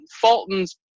Fulton's